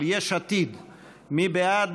של יש עתיד, מי בעד?